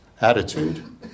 attitude